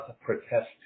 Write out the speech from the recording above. protest